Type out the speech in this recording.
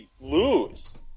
lose